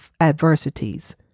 adversities